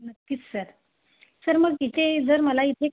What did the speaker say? नक्कीच sir sir मग इथे जर मला इथे